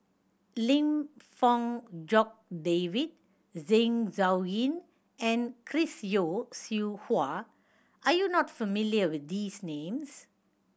Lim Fong Jock David Zeng Shouyin and Chris Yeo Siew Hua are you not familiar with these names